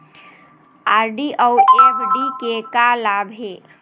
RD अऊ FD के का लाभ हे?